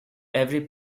every